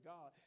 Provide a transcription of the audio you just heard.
God